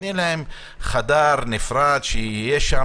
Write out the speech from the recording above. ונותנים להם חדר נפרד שיהיו בו.